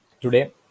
today